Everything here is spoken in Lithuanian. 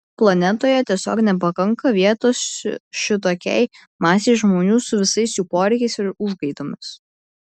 planetoje tiesiog nepakanka vietos šitokiai masei žmonių su visais jų poreikiais ir užgaidomis